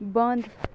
بنٛد